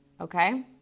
okay